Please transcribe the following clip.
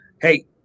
hey